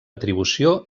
atribució